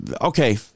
Okay